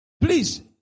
Please